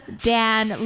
Dan